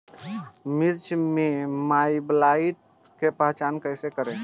मिर्च मे माईटब्लाइट के पहचान कैसे करे?